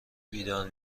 بیدار